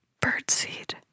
Birdseed